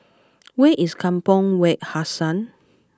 where is Kampong Wak Hassan